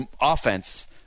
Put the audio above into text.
offense